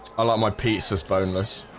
a lot, my piece is boneless